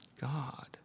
God